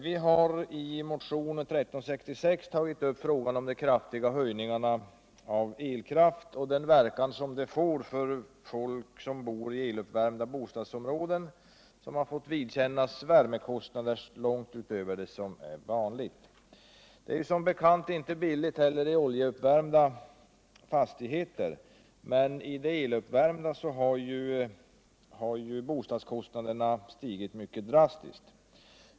Vi har i motionen 1366 tagit upp frågan om de kraftiga taxchöjningarna på elkraft och den verkan som detta får för folk som bor i eluppvärmda bostadsområden. Dessa människor har fått vidkännas värmekostnader långt utöver det som är vanligt. Det är som bekant inte billigt i oljeuppvärmda fastigheter heller, men i de eluppvärmda har bostadskostnaderna stigit mycket drastiskt.